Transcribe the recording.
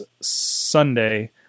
sunday